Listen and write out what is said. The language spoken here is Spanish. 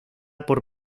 por